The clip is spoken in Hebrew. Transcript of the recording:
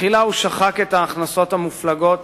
בהתחלה הוא שחק את ההכנסות המופלגות